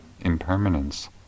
impermanence